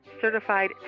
certified